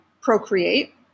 Procreate